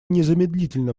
незамедлительно